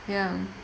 ya